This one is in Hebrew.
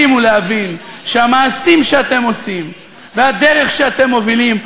ולהבין שהמעשים שאתם עושים והדרך שאתם מובילים,